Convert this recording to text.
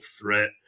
threat